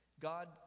God